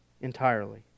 entirely